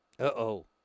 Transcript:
Uh-oh